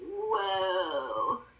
whoa